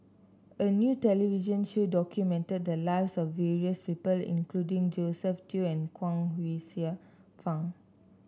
a new television show documented the lives of various people including Josephine Teo and Chuang Hsueh Fang